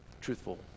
truthful